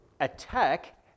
attack